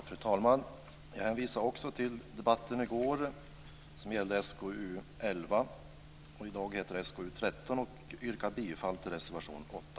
Fru talman! Jag hänvisar också till debatten i går som gällde SkU11, som i dag heter SkU13, och yrkar bifall till reservation 8.